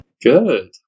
Good